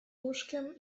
łóżkiem